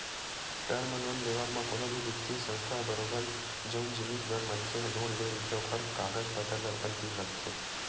term loan लेवब म कोनो भी बित्तीय संस्था ह बरोबर जउन जिनिस बर मनखे ह लोन ले रहिथे ओखर कागज पतर ल अपन तीर राखथे